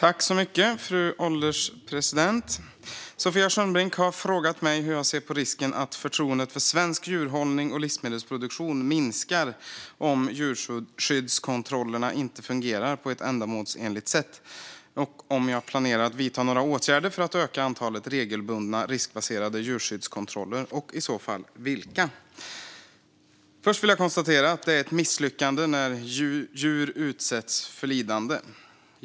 Fru ålderspresident! Sofia Skönnbrink har frågat mig hur jag ser på risken att förtroendet för svensk djurhållning och livsmedelsproduktion minskar om djurskyddskontrollerna inte fungerar på ett ändamålsenligt sätt och om jag planerar att vidta några åtgärder för att öka antalet regelbundna, riskbaserade djurskyddskontroller och i så fall vilka. Först vill jag konstatera att det är ett misslyckande när djur utsätts för lidande.